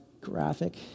graphic